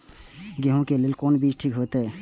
गेहूं के लेल कोन बीज ठीक होते?